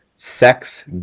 sex